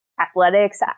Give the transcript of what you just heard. athletics